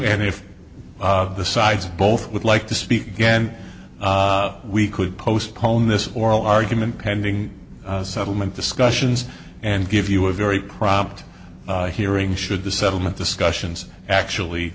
and if the sides both would like to speak again we could postpone this oral argument pending settlement discussions and give you a very prompt hearing should the settlement discussions actually